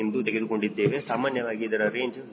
7 ಎಂದು ತೆಗೆದುಕೊಂಡಿದ್ದೇವೆ ಸಾಮಾನ್ಯವಾಗಿ ಇದರ ರೇಂಜ್ 0